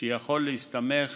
שיכול להסתמך